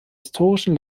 historischen